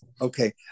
Okay